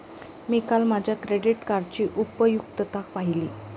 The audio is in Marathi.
मी काल माझ्या क्रेडिट कार्डची उपयुक्तता पाहिली